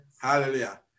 Hallelujah